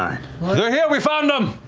i mean they're here, we found them!